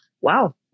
Wow